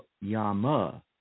Yama